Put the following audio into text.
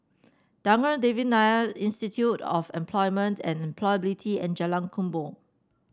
Thanggam Devan Nair Institute of Employment and Employability and Jalan Kubor